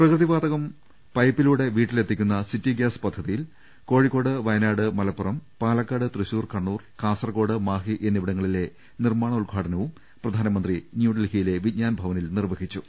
പ്രകൃതിവാതകം പൈപ്പിലൂടെ വീട്ടിലെത്തിക്കുന്ന city gas പദ്ധതിയിൽ കോഴിക്കോട് വയനാട് മലപ്പുറം പാലക്കാട് തൃശൂർ കണ്ണൂർ കാസർകോട് മാഹി എന്നിവിടങ്ങളിലെ നിർമാണോദ്ഘാ ടനവും പ്രധാനമന്ത്രി ന്യൂഡൽഹിയിലെ വിജ്ഞാൻഭവനിൽ നിർവ ഹിച്ചു